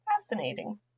fascinating